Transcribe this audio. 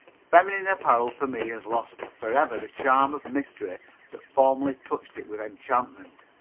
feminine apparel for me has lost for ever the charm of mystery that formerly touched it with enchantment.